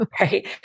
Right